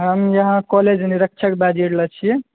हम अहाँकेॅं कॉलेज निरीक्षक बाजि रहल छियै